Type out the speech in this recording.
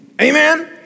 Amen